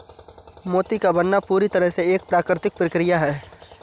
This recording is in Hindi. मोती का बनना पूरी तरह से एक प्राकृतिक प्रकिया है